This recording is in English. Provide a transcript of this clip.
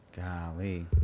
Golly